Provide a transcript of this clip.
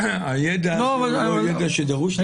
הידע הוא לא ידע שדרוש לכם?